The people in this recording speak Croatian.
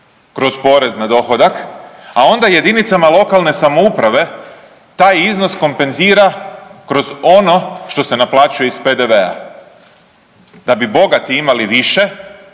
kroz porez na dohodak, a onda i jedinicama lokalne samouprave taj iznos kompenzira kroz ono što se naplaćuje iz PDV-a. Da bi bogati imali više,